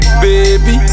baby